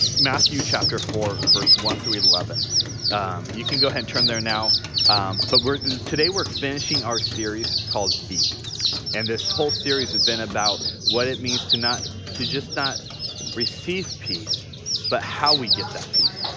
matthew chapter four verse one through eleven you can go ahead and turn there now but we're today we're finishing our series called be and this whole series has been about what it means to not to just not receive peace but how we get that peace.